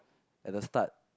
at the start